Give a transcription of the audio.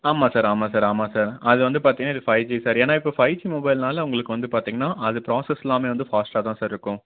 ஆமாம் சார் ஆமாம் சார் ஆமாம் சார் அது வந்து பார்த்தீங்கன்னா இது ஃபைவ் சார் ஏன்னால் இப்போ ஃபைவ் ஜி மொபைல்னால உங்களுக்கு வந்து பார்த்தீங்கன்னா அது ப்ராசஸ் எல்லாமே வந்து ஃபாஸ்ட்டா தான் சார் இருக்கும்